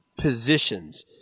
positions